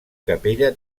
capella